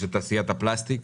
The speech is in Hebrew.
יש את תעשיית הפלסטיק